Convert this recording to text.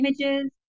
images